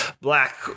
black